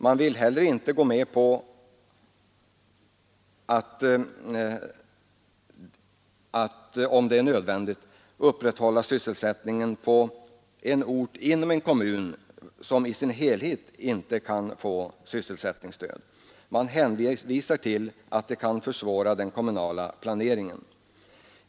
Man vill inte heller gå med på att, om det är nödvändigt, upprätthålla sysselsättningen på en ort inom en kommun som i sin helhet inte kan få sysselsättningsstöd. Utskottsmajoriteten hänvisar till att det kan försvåra den kommunala planeringen.